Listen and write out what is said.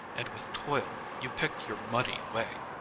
and with toil you pick your muddy way.